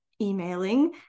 emailing